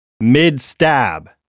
Mid-stab